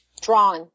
drawn